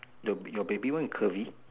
the your baby one curvy